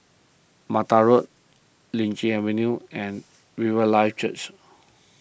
Mattar Road Lichi Avenue and Riverlife Church